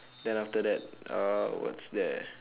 then after that err what's there